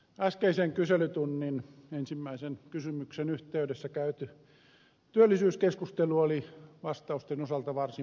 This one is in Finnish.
äskeisen kyselytunnin ensimmäisen kysymyksen yhteydessä käyty työllisyyskeskustelu oli vastausten osalta varsin masentava